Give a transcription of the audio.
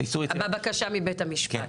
בבקשה מבית המשפט.